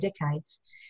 decades